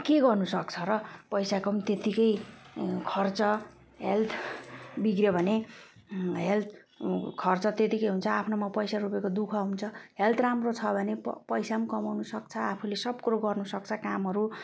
के गर्नुसक्छ र पैसाको पनि त्यत्तिकै खर्च हेल्थ बिग्रियो भने हेल्थ खर्च त्यत्तिकै हुन्छ आफ्नोमा पैसा रुपियाँको दुःख हुन्छ हेल्थ राम्रो छ भने पो पैसा पनि कमाउनसक्छ आफूले सब कुरो गर्नुसक्छ कामहरू